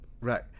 right